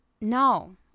no